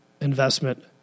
investment